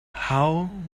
how